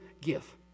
give